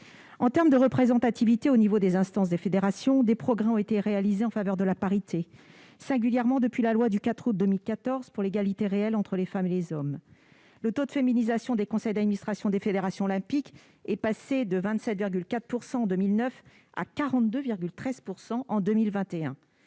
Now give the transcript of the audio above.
En termes de représentativité au niveau des instances des fédérations, des progrès ont été réalisés en faveur de la parité, singulièrement depuis la loi du 4 août 2014 pour l'égalité réelle entre les femmes et les hommes. Le taux de féminisation des conseils d'administration des fédérations olympiques est passé de 27,4 % en 2009 à 42,13 % en 2021.